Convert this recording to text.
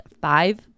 five